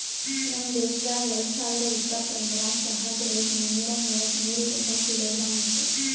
ನಮ್ ದೇಶದಾಗ್ ಎರಡು ಸಾವಿರ ಇಪ್ಪತ್ತೊಂದರಾಗ್ ಚಹಾದ್ ರೇಟ್ ಮುನ್ನೂರಾ ಮೂವತ್ಮೂರು ರೂಪಾಯಿ ಕಿಲೋಗ್ರಾಮ್ ಇತ್ತು